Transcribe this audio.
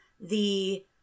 The-